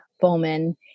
Bowman